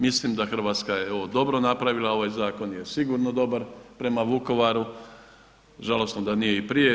Mislim da je Hrvatska ovo dobro napravila, ovaj zakon je sigurno dobar prema Vukovaru, žalosno da nije i prije.